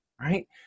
right